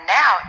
now